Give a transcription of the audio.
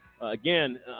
again